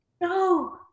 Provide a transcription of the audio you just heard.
No